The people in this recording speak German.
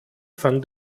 van